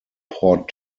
port